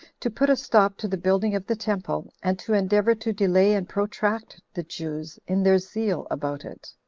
to put a stop to the building of the temple, and to endeavor to delay and protract the jews in their zeal about it.